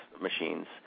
machines